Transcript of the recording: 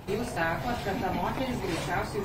jūs sakot kad ta moteris greičiausiai